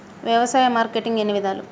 వ్యవసాయ మార్కెటింగ్ ఎన్ని విధాలు?